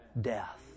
death